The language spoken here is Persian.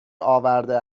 آورده